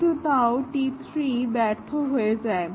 কিন্তু তাও T3 ব্যর্থ হয়ে যায়